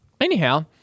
anyhow